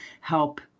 help